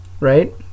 Right